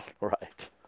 Right